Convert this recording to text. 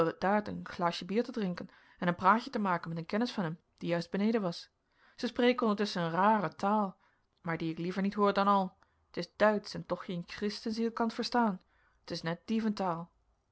een glaasje bier te drinken en een praatje te maken met een kennis van hem die juist beneden was zij spreken ondertusschen een rare taal maar die ik liever niet hoor dan al t is duitsch en toch geen christenziel kan t verstaan t is net